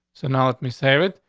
so now let me save it.